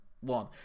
One